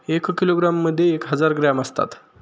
एक किलोग्रॅममध्ये एक हजार ग्रॅम असतात